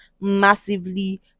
massively